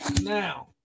Now